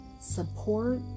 support